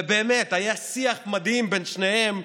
ובאמת היה שיח מדהים בין שניהם.